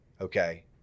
Okay